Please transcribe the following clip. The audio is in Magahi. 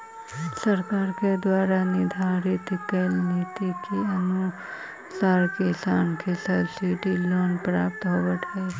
सरकार के द्वारा निर्धारित कैल नीति के अनुसार किसान के सब्सिडाइज्ड लोन प्राप्त होवऽ हइ